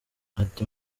ati